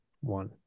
One